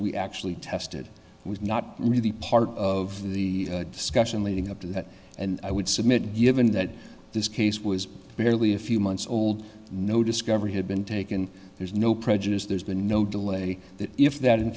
we actually tested was not really part of the discussion leading up to that and i would submit given that this case was barely a few months old no discovery had been taken there's no prejudice there's been no delay that if that in